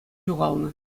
ҫухалнӑ